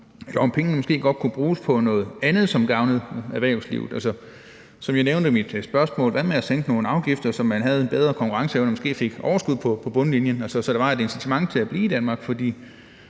måske godt kunne bruges på noget andet, som gavnede erhvervslivet. Som jeg nævnte i mit spørgsmål: Hvad med at sænke nogle afgifter, så man havde en bedre konkurrenceevne og måske fik overskud på bundlinjen, altså så der var et incitament til at blive i Danmark? For